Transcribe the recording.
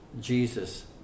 Jesus